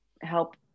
help